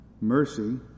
mercy